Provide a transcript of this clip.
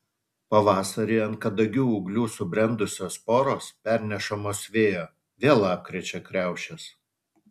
pavasarį ant kadagių ūglių subrendusios sporos pernešamos vėjo vėl apkrečia kriaušes